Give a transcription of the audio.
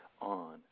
on